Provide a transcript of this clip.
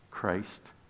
Christ